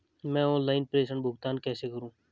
मैं ऑनलाइन प्रेषण भुगतान कैसे करूँ?